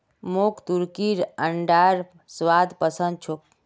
मोक तुर्कीर अंडार स्वाद पसंद छोक